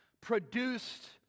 produced